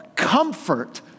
comfort